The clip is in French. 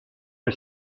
que